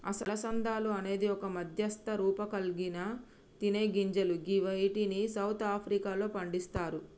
అలసందలు అనేది ఒక మధ్యస్థ రూపంకల్గిన తినేగింజలు గివ్విటిని సౌత్ ఆఫ్రికాలో పండిస్తరు